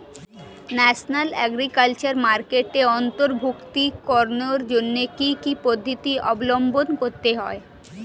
National agriculture মার্কেটে অন্তর্ভুক্তিকরণের জন্য কি কি পদ্ধতি অবলম্বন করতে হয়?